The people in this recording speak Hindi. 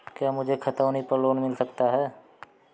क्या मुझे खतौनी पर लोन मिल सकता है?